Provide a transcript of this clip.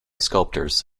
sculptors